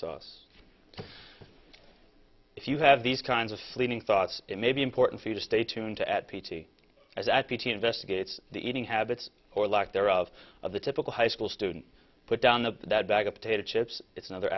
sauce if you had these kinds of fleeting thoughts it may be important for you to stay tuned to at p t as at p t investigates the eating habits or lack thereof of the typical high school student put down the bag of potato chips it's another